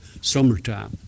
summertime